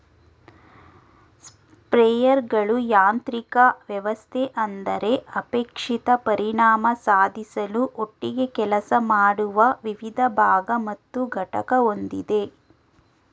ಸ್ಪ್ರೇಯರ್ಗಳು ಯಾಂತ್ರಿಕ ವ್ಯವಸ್ಥೆ ಅಂದರೆ ಅಪೇಕ್ಷಿತ ಪರಿಣಾಮ ಸಾಧಿಸಲು ಒಟ್ಟಿಗೆ ಕೆಲಸ ಮಾಡುವ ವಿವಿಧ ಭಾಗ ಮತ್ತು ಘಟಕ ಹೊಂದಿದೆ